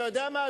אתה יודע מה,